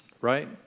right